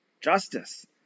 justice